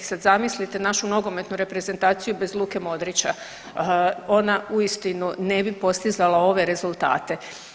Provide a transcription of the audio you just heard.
Sad zamislite našu nogometnu reprezentaciju bez Luke Modrića, ona uistinu ne bi postizala ove rezultate.